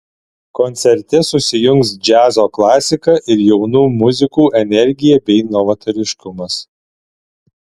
koncerte susijungs džiazo klasika ir jaunų muzikų energija bei novatoriškumas